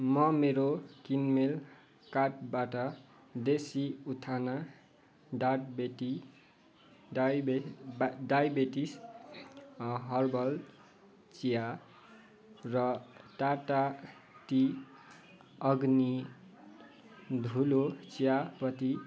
म मेरो किनमेल कार्टबाट देसी उत्थाना डाटबेटी डाइबे डाइबेटिस हर्बल चिया र टाटा टी अग्नि धुलो चियापत्ती